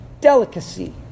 delicacy